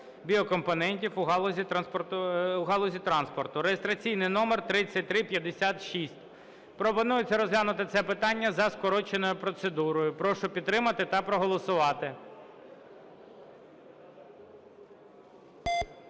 (біокомпонентів) у галузі транспорту, (реєстраційний номер 3356). Пропонується розглянути це питання за скороченою процедурою. Прошу підтримати та проголосувати.